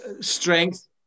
strength